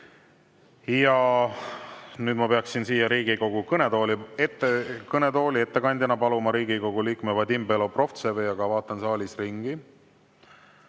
Nüüd ma peaksin siia Riigikogu kõnetooli ettekandeks paluma Riigikogu liikme Vadim Belobrovtsevi, aga vaatan saalis ringi